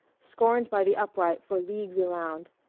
scorned by the upright for leagues around.